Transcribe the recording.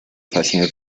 fase